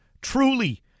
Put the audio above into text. Truly